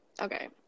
Okay